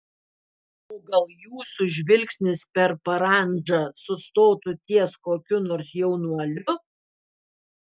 o gal jūsų žvilgsnis per parandžą sustotų ties kokiu nors jaunuoliu